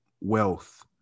wealth